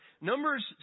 Numbers